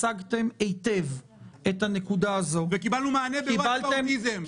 הצגתם היטב את הנקודה הזאת --- קיבלנו מענה בווטאבוטיזם.